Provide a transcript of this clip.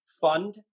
fund